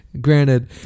Granted